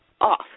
off